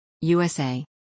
USA